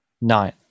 Nine